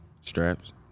Straps